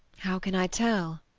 how can i tell?